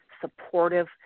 supportive